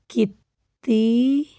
ਕੀਤੀ